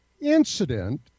incident